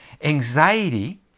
Anxiety